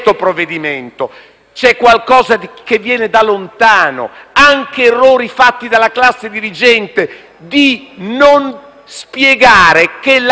c'è qualcosa che viene da lontano, anche dagli errori fatti dalla classe dirigente nel non spiegare che la democrazia